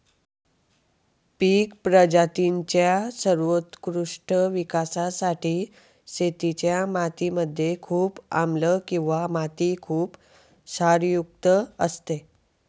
पिक प्रजातींच्या सर्वोत्कृष्ट विकासासाठी शेतीच्या माती मध्ये खूप आम्लं किंवा माती खुप क्षारयुक्त असते